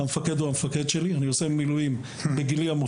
המפקד הוא המפקד שלי ואני מודה לו על כך.